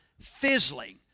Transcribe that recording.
fizzling